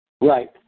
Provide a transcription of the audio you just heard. Right